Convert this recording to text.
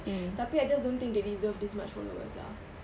tapi I just don't think they deserve this much followers lah